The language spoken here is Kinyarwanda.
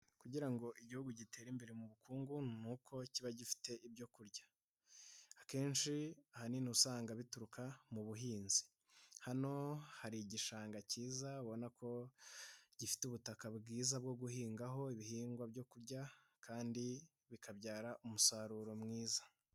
Kugira ngo igihugu gitere imbere mu bukungu ni uko kiba gifite ibyo kurya, akenshi ahanini uba usanga bituruka mu buhinzi, hano hari igishanga cyiza ubona ko gifite ubutaka bwiza bwo guhingaho ibihingwa byo kurya kandi bikabyara umusaruro mwiza.